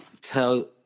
tell